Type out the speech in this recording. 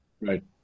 Right